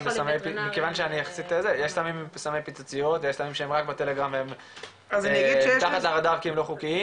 יש סמי פיצוציות יש סמים שהם רק בטלגרם מתחת לרדאר כי הם לא חוקיים,